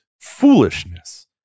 foolishness